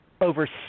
over